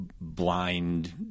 blind